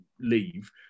leave